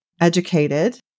educated